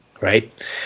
right